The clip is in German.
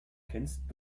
kennst